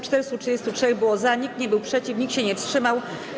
433 było za, nikt nie był przeciw, nikt się nie wstrzymał.